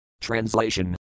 Translation